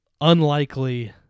Unlikely